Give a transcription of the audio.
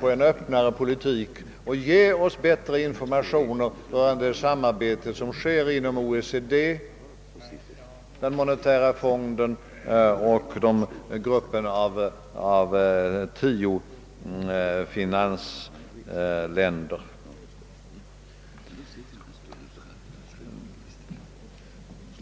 för en öppnare politik och ge oss bättre information om det samarbete som äger rum inom OECD, den monetära fonden och de tios klubb.